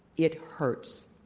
it hurts.